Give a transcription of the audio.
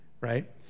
right